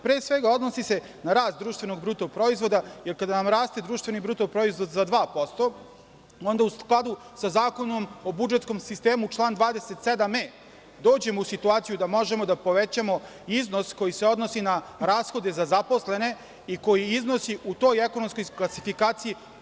Pre svega, odnosi se na rast društvenog bruto proizvoda, jer kada nam raste društveni bruto proizvod za 2%, onda u skladu sa Zakonom o budžetskom sistemu, član 27e, dođemo u situaciju da možemo da povećamo iznos koji se odnosi na rashode za zaposlene i koji iznosi u toj ekonomskoj klasifikaciji 8%